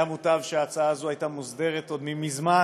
היה מוטב שההצעה הזאת הייתה מוסדרת עוד מזמן